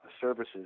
services